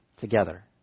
together